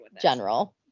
general